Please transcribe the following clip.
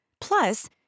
Plus